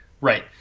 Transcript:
right